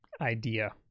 idea